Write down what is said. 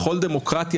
בכל דמוקרטיה,